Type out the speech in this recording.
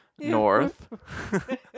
north